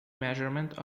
measurement